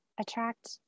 attract